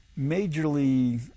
majorly